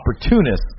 Opportunists